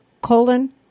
colon